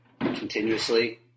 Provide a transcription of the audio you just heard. continuously